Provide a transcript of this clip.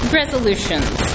resolutions